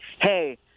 hey